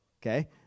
Okay